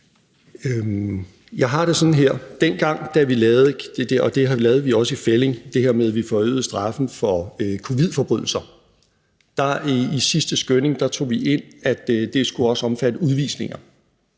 Jeg har det sådan her: Dengang vi lavede – og det gjorde vi også i fællig – det her med, at vi øgede straffen for covid-forbrydelser, tog vi i det sidste skøn ind, at det også skulle omfatte udvisninger.